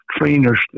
trainers